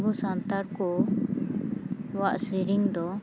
ᱟᱵᱚ ᱥᱟᱱᱛᱟᱲ ᱠᱚ ᱟᱵᱚᱣᱟᱜ ᱥᱮᱨᱮᱧ ᱫᱚ